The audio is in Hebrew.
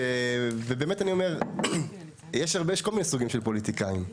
ובאמת אני אומר, יש כל מיני סוגים של פוליטיקאים.